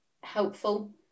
helpful